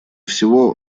всего